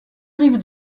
rive